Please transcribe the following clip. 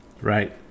Right